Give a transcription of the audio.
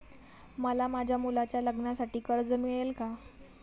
मला माझ्या मुलाच्या लग्नासाठी कर्ज मिळेल का?